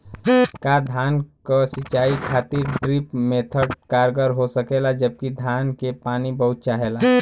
का धान क सिंचाई खातिर ड्रिप मेथड कारगर हो सकेला जबकि धान के पानी बहुत चाहेला?